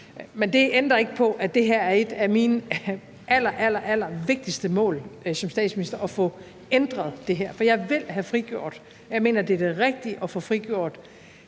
Men det ændrer ikke på, at det er et af mine allerallervigtigste mål som statsminister at få ændret det her, for jeg vil have frigjort ressourcer, for jeg mener, det er rigtigt